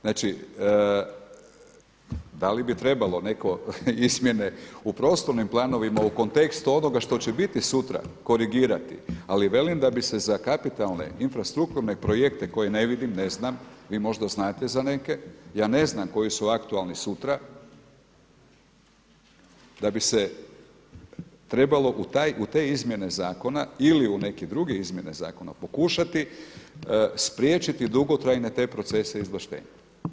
Znači da li bi trebalo neke izmjene u prostornim planovima u kontekstu onoga što će biti sutra korigirati, ali velim da bi se za kapitalne infrastrukovne projekte koje ne vidim, ne znam, vi možda znate za neke, ja ne znam koji su aktualni sutra da bi se trebalo u te izmjene zakona ili u neke druge izmjene zakona pokušati spriječiti dugotrajne te procese izvlaštenja.